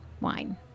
wine